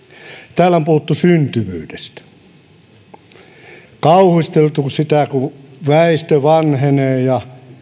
täällä on puhuttu syntyvyydestä on kauhisteltu sitä kun väestö vanhenee ja